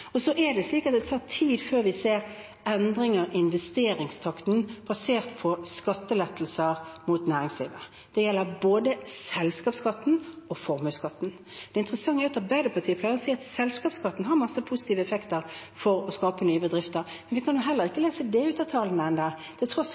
Så tar det tid før vi ser endringer i investeringstakten basert på skattelettelser til næringslivet. Det gjelder både selskapsskatten og formuesskatten. Det interessante er at Arbeiderpartiet pleier å si at selskapsskatten har masse positive effekter for å skape nye bedrifter, men vi kan jo heller ikke lese det ut av tallene enda, til tross